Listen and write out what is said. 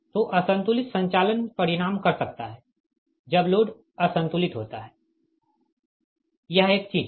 तो असंतुलित संचालन परिणाम कर सकता है जब लोड असंतुलित होता है यह एक चीज है